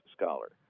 scholar